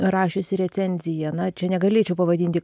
rašiusi recenziją na čia negalėčiau pavadinti